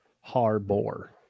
Harbor